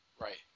Right